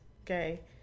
Okay